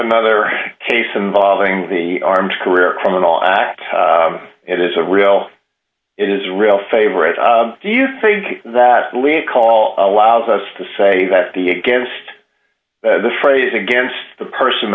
another case involving the armed career criminal act it is a real it is real favorite do you think that call allows us to say that the against the phrase against the person